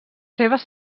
seves